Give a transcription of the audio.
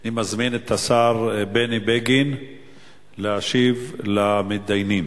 אני מזמין את השר בני בגין להשיב למתדיינים.